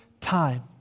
time